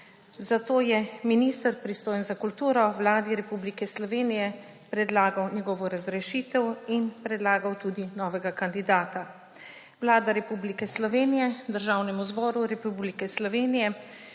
zato je minister, pristojen za kulturo, Vladi Republike Slovenije predlagal njegovo razrešitev in predlagal tudi novega kandidata. Vlada Republike Slovenije Državnemu zboru Republike Slovenije